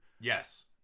Yes